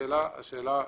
השאלה היא,